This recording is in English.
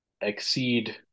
exceed